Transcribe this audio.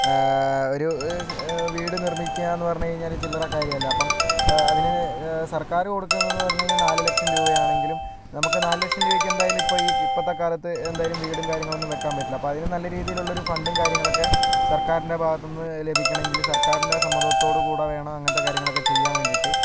ഒരു വീട് നിർമ്മിക്കാമെന്നു പറഞ്ഞു കഴിഞ്ഞാൽ ചില്ലറ കാര്യമല്ല അപ്പം അതിന് സർക്കാർ കൊടുക്കുന്നതെന്ന് പറഞ്ഞു കഴിഞ്ഞാൽ നാലു ലക്ഷം രൂപയാണെങ്കിലും നമുക്ക് നാല് ലക്ഷം രൂപയ്ക്കെന്തായാലും ഇപ്പോൾ ഈ ഇപ്പോഴത്തെക്കാലത്ത് എന്തായാലും വീടും കാര്യങ്ങളൊന്നും വയ്ക്കാൻ പറ്റില്ല അപ്പോൾ അതിന് നല്ല രീതിയിലുള്ളൊരു ഫണ്ടും കാര്യങ്ങളൊക്കെ സർക്കാരിൻ്റെ ഭാഗത്തു നിന്ന് ലഭിക്കണമെങ്കിൽ സർക്കാരിൻ്റെ സമ്മതത്തോടു കൂടി വേണം അങ്ങനത്തെ കാര്യങ്ങളൊക്കെ ചെയ്യാൻ വേണ്ടിയിട്ട്